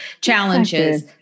challenges